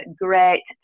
great